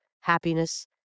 happiness